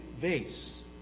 vase